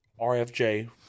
RFJ